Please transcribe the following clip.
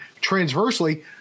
transversely